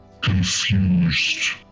Confused